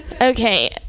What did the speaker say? Okay